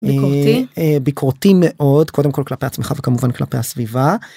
ביקורתי, אהה.. ביקורתי מאוד קודם כל כלפי עצמך וכמובן כלפי הסביבה.